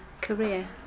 career